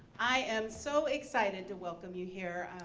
i am so excited to welcome you here.